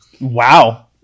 Wow